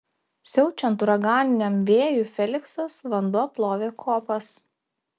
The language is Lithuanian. siaučiant uraganiniam vėjui feliksas vanduo plovė kopas